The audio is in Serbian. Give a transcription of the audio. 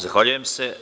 Zahvaljujem se.